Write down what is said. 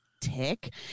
tick